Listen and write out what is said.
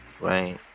right